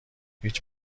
هیچ